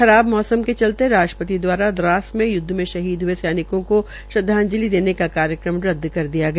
खराब मौसम के चलते राष्ट्रपित द्वारा द्रास में य्द्व में शहीद हये सैनिकों को श्रद्वाजंलि देने का कार्यक्रम रद्दा कर दिया गया